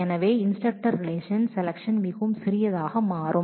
எனவே instructors relation செலக்சனுக்கு பிறகு மிகவும் சிறியதாக மாறும்